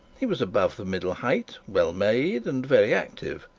he was above the middle height, well made, and very active.